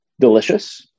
delicious